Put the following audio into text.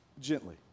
Gently